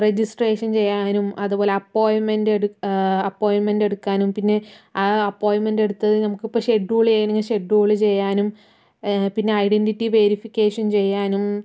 registration ചെയ്യാനും അതുപോലെ അപ്പോയിൻമെന്റ് അപ്പോയിൻമെന്റ് എടുക്കാനും പിന്നെ അപ്പോയിൻമെന്റ് എടുത്ത് നമുക്കിപ്പോൾ ഷെഡ്യൂള് ചെയ്യണമെങ്കിൽ ഷെഡ്യൂൾ ചെയ്യാനും പിന്നെ ഐഡന്റിറ്റി വെരിഫിക്കേഷൻ ചെയ്യാനും